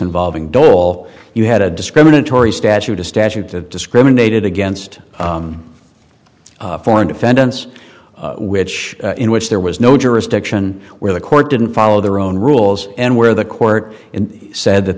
involving dole you had a discriminatory statute a statute that discriminated against foreign defendants which in which there was no jurisdiction where the court didn't follow their own rules and where the court in said that